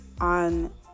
on